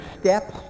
steps